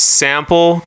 sample